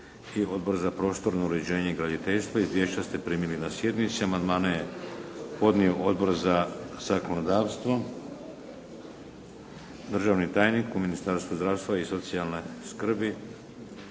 i Odbor za prostorno uređenje i graditeljstvo. Izvješća ste primili na sjednici. Amandmane je podnio Odbor za zakonodavstvo. Državni tajnik u Ministarstvu zdravstva i socijalne skrbi,